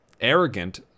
arrogant